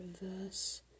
reverse